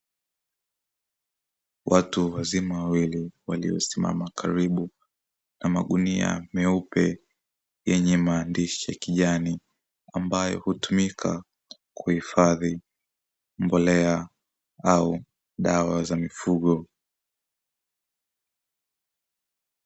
Watu wazima wawili waliosimama karibu na magunia meupe yenye maandishi ya kijani ambayo hutumika kuhifadhi mbolea au dawa za mifugo.